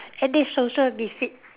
anti social misfit